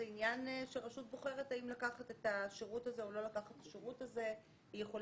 זה עניין שרשות בוחרת האם לקחת את השירות הזה או לא לקחת אותו.